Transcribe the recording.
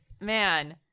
man